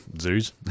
zoos